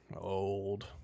old